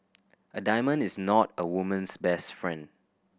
a diamond is not a woman's best friend